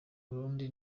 burundi